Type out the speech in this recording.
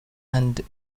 and